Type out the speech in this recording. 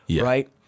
Right